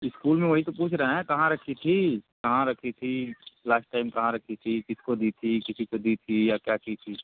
school में वही तो पूछ रहे हैं कहाँ रखी थी कहाँ रखी थी लास्ट टाइम कहाँ रखी थी किसको दी थी किसी को दी थी या क्या की थी